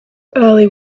early